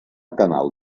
canal